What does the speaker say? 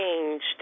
changed